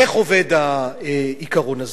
איך עובד העיקרון הזה?